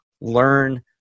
learn